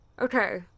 Okay